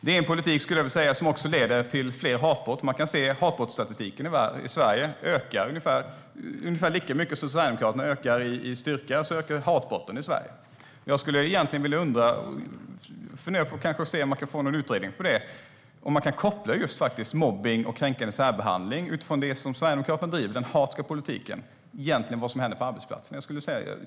Det är också en politik som leder till fler hatbrott. Av hatbrottsstatistiken i Sverige framgår det att hatbrotten ökar ungefär lika mycket som Sverigedemokraterna ökar i styrka. Jag undrar om man kan koppla mobbning, kränkande särbehandling och det som händer på arbetsplatsen till den hatpolitik som Sverigedemokraterna driver.